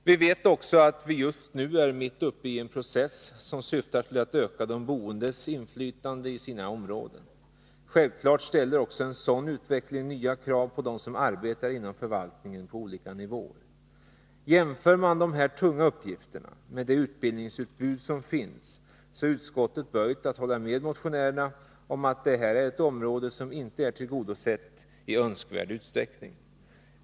Vi vet också att vi just nu är mitt uppe i en process som syftar till att öka de boendes inflytande i sina områden. Självfallet ställer också en sådan utveckling nya krav på dem som arbetar inom förvaltningen på olika nivåer. Jämför man de här tunga uppgifterna med det utbildningsutbud som finns, är utskottet böjt att hålla med motionärerna om att detta är ett område som inte är tillgodosett i önskvärd utsträckning.